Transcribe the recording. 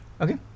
Okay